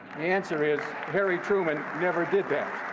answer is harry truman never did that.